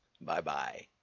Bye-bye